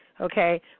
okay